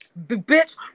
Bitch